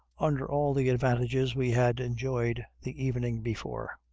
under all the advantages we had enjoyed the evening before.